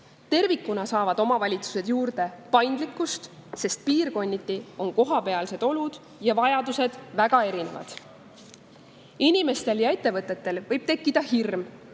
Tervikuna saavad omavalitsused juurde paindlikkust, sest piirkonniti on kohapealsed olud ja vajadused väga erinevad. Inimestel ja ettevõtetel võib tekkida hirm